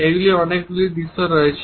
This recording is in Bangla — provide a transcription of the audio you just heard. এমন অনেকগুলি দৃশ্য রয়েছে